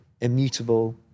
immutable